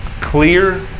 clear